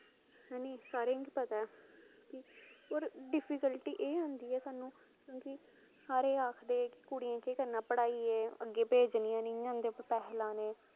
हैनी सारें गी पता ऐ ते डिफिकलटी एह् होंदी ऐ साह्नू क्योंकि सारे गै आखदे कुड़ियें केह् करना पढ़ाइयै अग्गै भेजनियां न इयां उंदे पर पैसे लाने